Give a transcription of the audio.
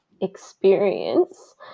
experience